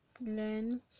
learn